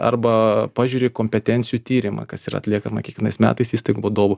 arba pažiūri kompetencijų tyrimą kas yra atliekama kiekvienais metais įstaigų vadovų